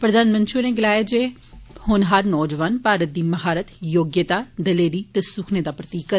प्रधानमंत्री होरें गलाया जे होनहार नौजोआन भारत दी म्हारत योग्यता दलेरी ते सुखने दा प्रतीक न